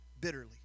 bitterly